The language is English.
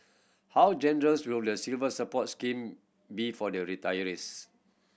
how generous will the Silver Support scheme be for the retirees